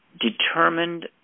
determined